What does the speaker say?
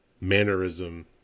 mannerism